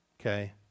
Okay